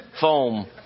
Foam